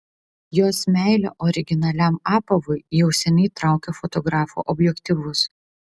jos meilė originaliam apavui jau seniai traukia fotografų objektyvus